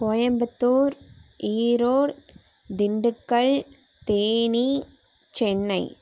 Coimbatore Erode Dindigul Theni Chennai